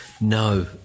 No